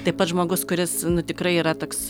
taip pat žmogus kuris nu tikrai yra toks